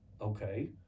Okay